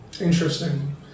Interesting